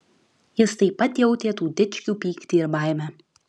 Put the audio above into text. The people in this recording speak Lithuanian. jis taip pat jautė tų dičkių pyktį ir baimę